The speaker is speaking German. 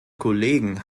kollegen